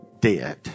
dead